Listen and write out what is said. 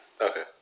Okay